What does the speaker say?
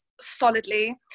solidly